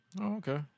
Okay